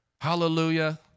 Hallelujah